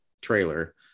trailer